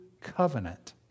covenant